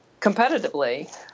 competitively